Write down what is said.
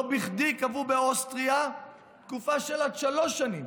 לא בכדי קבעו באוסטריה תקופה של עד שלוש שנים,